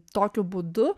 tokiu būdu